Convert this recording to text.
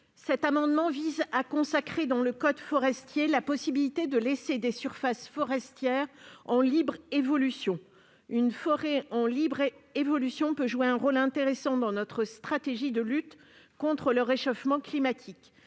Cet amendement vise à consacrer, dans le code forestier, la possibilité de laisser des surfaces forestières en libre évolution, lesquelles peuvent jouer un rôle intéressant dans notre stratégie de lutte contre le réchauffement climatique.